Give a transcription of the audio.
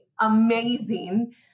amazing